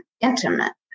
intimate